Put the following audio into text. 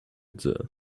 pizza